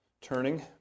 turning